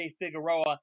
Figueroa